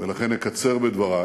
ולכן אקצר בדברי